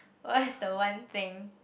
what's the one thing